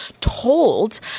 told